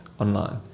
online